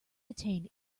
attain